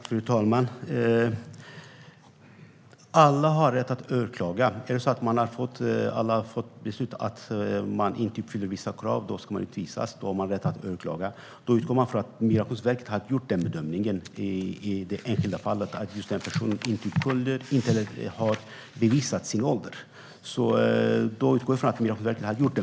Fru talman! Alla har rätt att överklaga. Har man fått beslutet att man inte uppfyller vissa krav och ska utvisas har man rätt att överklaga det. Vi utgår ifrån att Migrationsverket i det enskilda fallet har gjort bedömningen att personen inte kunde bevisa sin ålder, och vi litar på detta.